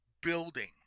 building